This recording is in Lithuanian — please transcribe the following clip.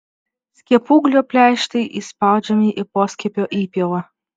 skiepūglio pleištai įspaudžiami į poskiepio įpjovą